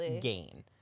gain